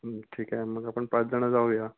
ठीक आहे मग आपण पाचजणं जाऊया